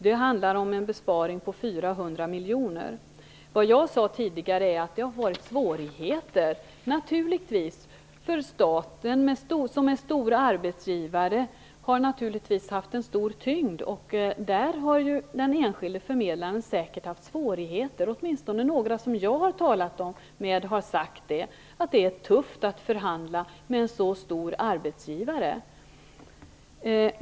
Det handlar om en besparing på 400 Vad jag sade tidigare är att svårigheten är att staten som är en stor arbetsgivare naturligtvis har en så stor tyngd. Där har den enskilde förmedlaren säkert haft svårigheter. Åtminstone har några som jag har talat med sagt att det är tufft att förhandla med en så stor arbetsgivare.